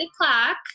o'clock